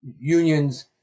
unions